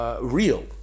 Real